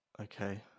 okay